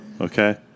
Okay